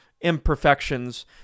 imperfections